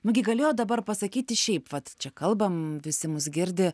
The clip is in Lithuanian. nu gi galėjot dabar pasakyti šiaip vat čia kalbam visi mus girdi